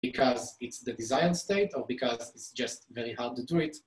בגלל שזו המסגרת או בגלל שזה פשוט מאוד קשה לעשות את זה.